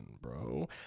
bro